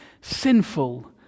sinful